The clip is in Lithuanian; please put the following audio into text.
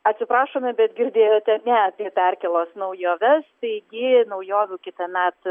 atsiprašome bet girdėjote ne apie perkėlos naujoves taigi naujovių kitąmet